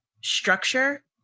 structure